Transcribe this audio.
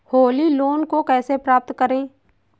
Holi loan को कैसे प्राप्त करें?